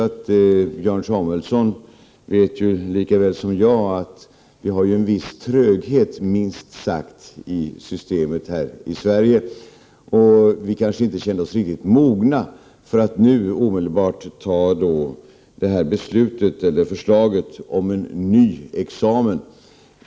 Men Björn Samuelson vet lika bra som jag att vi har en viss tröghet, minst sagt, i systemet här i Sverige, och vi kanske inte känner oss riktigt mogna att nu omedelbart fatta ett beslut om en ny examen.